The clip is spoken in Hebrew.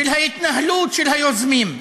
של ההתנהלות של היוזמים,